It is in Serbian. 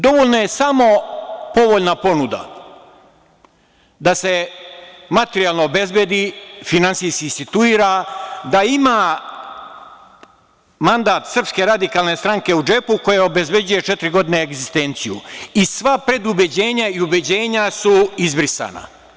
Dovoljna je samo povoljna ponuda da se materijalno obezbedi, finansijski situira, da ima mandat SRS u džepu koji obezbeđuje četiri godine egzistenciju i sva predubeđenja i ubeđenja su izbrisana.